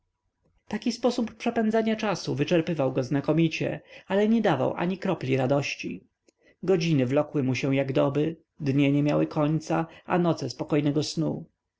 przegrywał taki sposób przepędzania czasu wyczerpywał go znakomicie ale nie dawał ani kropli radości godziny wlokły mu się jak doby dnie nie miały końca a noce spokojnego snu